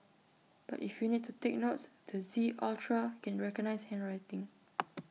but if you need to take notes the Z ultra can recognise handwriting